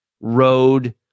road